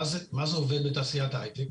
מה זה עובד בתעשיית ההייטק,